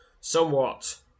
Somewhat